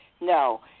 No